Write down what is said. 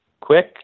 quick